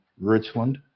Richland